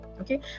okay